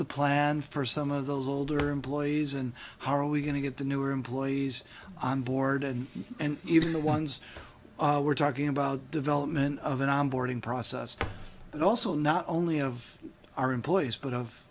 the plan for some of those older employees and how are we going to get the newer employees on board and and even the ones we're talking about development of an on boarding process and also not only of our employees but of